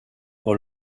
dans